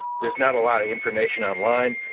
there's not a lot of information online,